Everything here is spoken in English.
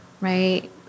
right